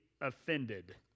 offended